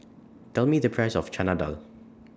Tell Me The Price of Chana Dal